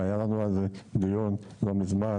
והיה לנו על זה דיון לא מזמן,